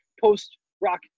post-rock